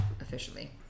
officially